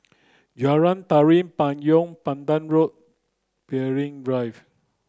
Jalan Tari Payong Pandan Road Peirce Drive